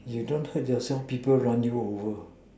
you don't hurt yourself people run you over